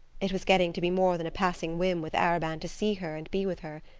it was getting to be more than a passing whim with arobin to see her and be with her.